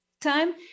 time